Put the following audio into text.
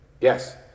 yes